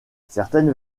certaines